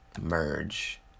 Merge